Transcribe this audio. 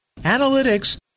analytics